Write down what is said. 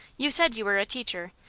you said you were a teacher.